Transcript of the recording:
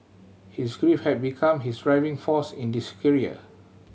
his grief had become his driving force in this career